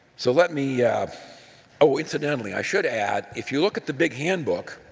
so let me yeah oh, incidentally, i should add if you look at the big handbook,